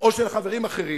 או של חברים אחרים,